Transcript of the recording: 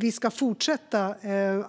Vi ska fortsätta att